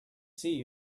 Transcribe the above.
see